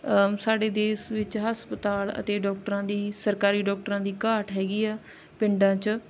ਸਾਡੇ ਦੇਸ਼ ਵਿੱਚ ਹਸਪਤਾਲ ਅਤੇ ਡਾਕਟਰਾਂ ਦੀ ਸਰਕਾਰੀ ਡਾਕਟਰਾਂ ਦੀ ਘਾਟ ਹੈਗੀ ਆ ਪਿੰਡਾਂ 'ਚ